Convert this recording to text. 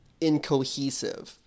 incohesive